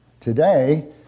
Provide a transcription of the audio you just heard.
today